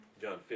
John